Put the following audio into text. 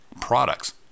products